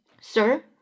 sir